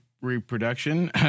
Reproduction